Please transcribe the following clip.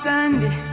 Sunday